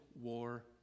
war